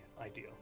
ideal